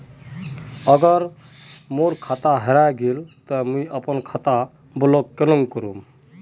अगर हमर खाता हेरा गेले ते हम अपन खाता ब्लॉक केना करबे?